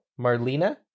Marlena